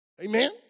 Amen